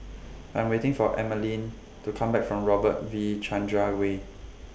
I'm waiting For Emaline to Come Back from Robert V Chandran Way